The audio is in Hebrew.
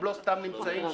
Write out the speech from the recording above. הם לא סתם נמצאים שם,